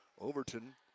Overton